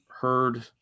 heard